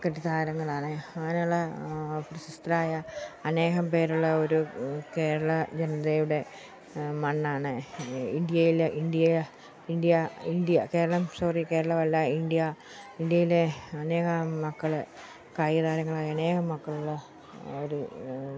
cricket താരങ്ങളാണ് അങ്ങനെയുള്ള പ്രശസ്തരായ അനേകം പേരുള്ള ഒരു കേരള ജനതയുടെ മണ്ണാണ് ഇന്ത്യയിൽ India India India Keralam sorry കേരളമല്ല ഇന്ത്യ ഇന്ത്യയിലെ അനേകം മക്കൾ കായിക താരങ്ങളായ അനേകം മക്കളുള്ള ഒരു